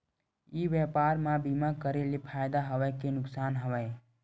ई व्यवसाय म बीमा करे ले फ़ायदा हवय के नुकसान हवय?